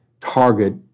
target